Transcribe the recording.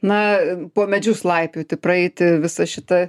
na po medžius laipioti praeiti visą šitą